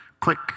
Click